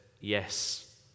yes